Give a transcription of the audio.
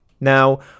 Now